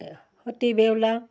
Sati Beula